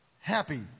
happy